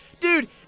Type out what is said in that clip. Dude